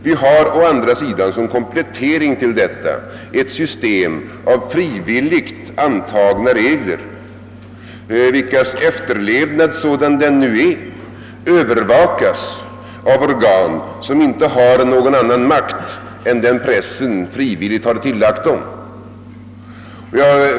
Vi har å andra sidan som komplettering till detta ett system av frivilligt antagna regler, vilkas efterlevnad — sådan den nu är — Öövervakas av organ som inte har någon annan makt än den pressen frivilligt har tillagt dem.